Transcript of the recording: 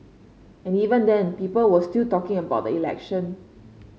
and even then people were still talking about the election